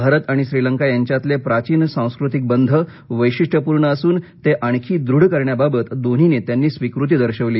भारत आणि श्रीलंका यांच्यातले प्राचीन सांस्कृतिक बंध वशिष्यपूर्ण असून ते आणखी दृढ करण्याबाबत दोन्ही नेत्यांनी स्वीकृती दर्शवली